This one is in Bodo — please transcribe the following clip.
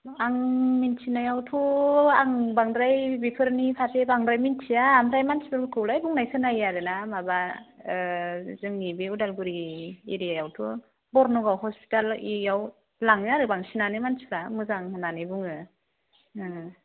आं मिन्थिनायावथ' आं बांद्राय बेफोरनि फारसे बांद्राय मिन्थिया ओमफ्राय मानसिफोरखौलाय बुंनाय खोनायो आरो ना माबा जोंनि बे उदालगुरि एरियायावथ' बर्नगाव हस्पिटाल इयाव लाङो आरो बांसिनानो मानसिफ्रा मोजां होननानै बुङो